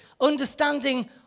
understanding